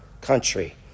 country